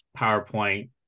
PowerPoint